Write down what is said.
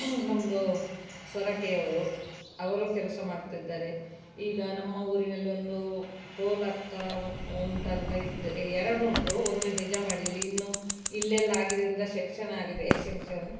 ನಮ್ಮದು ಸ್ವರಕೆಯವರು ಅವರು ಕೆಲಸ ಮಾಡ್ತಿದ್ದಾರೆ ಈಗ ನಮ್ಮ ಊರಿನಲ್ಲಿ ಒಂದು ಟೋಲ್ ಆಗ್ತಾ ಉ ಉಂಟಂತ ಇದ್ದ ಎ ಎರಡುಂಟು ಒಂದು ಹೆಜಮಾಡಿಲ್ಲಿ ಇನ್ನು ಇಲ್ಲೆಲ್ಲ ಆಗಿದ್ದರಿಂದ ಶೆಕ್ಷನ್ ಆಗಿದೆ ಸೆಂಕ್ಷನ್